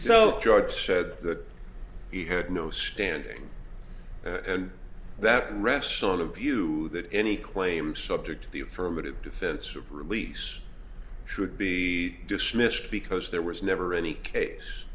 so george said that he had no standing and that rests on a view that any claim subject to the affirmative defense of release should be dismissed because there was never any case